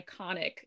iconic